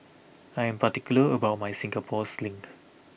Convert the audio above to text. I am particular about my Singapore Sling